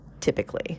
typically